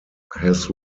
received